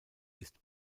ist